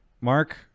Mark